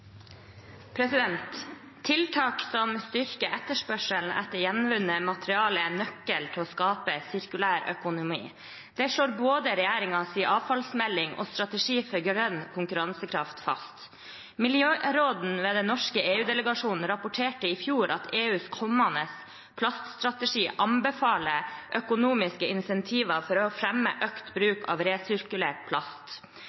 nøkkel til å skape sirkulær økonomi. Det slår både regjeringens avfallsmelding og strategi for grønn konkurransekraft fast. Miljøråden ved den norske EU-delegasjonen rapporterte i fjor at EUs kommende plaststrategi anbefaler økonomiske incentiver for å fremme økt